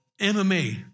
MMA